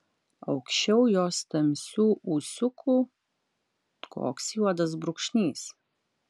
aukščiau jos tamsių ūsiukų koks juodas brūkšnys